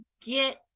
Get